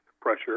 pressure